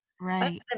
Right